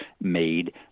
made